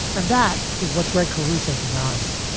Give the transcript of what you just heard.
and that is what greg caruso denies,